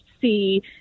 see